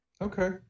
Okay